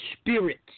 spirit